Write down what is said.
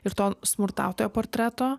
ir to smurtautojo portreto